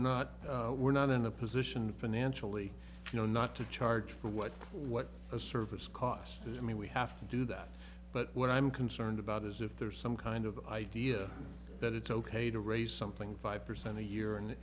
not we're not in a position financially you know not to charge for what what a service costs i mean we have to do that but what i'm concerned about is if there's some kind of idea that it's ok to raise something five percent a year and